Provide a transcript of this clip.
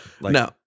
No